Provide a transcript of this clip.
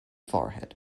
forehead